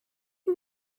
you